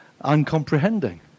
uncomprehending